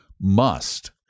must